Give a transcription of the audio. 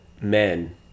men